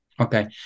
Okay